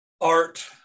art